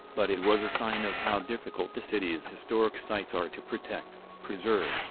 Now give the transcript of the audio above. but it was a sign of how difficult the city's historic sites are to protect, preserve,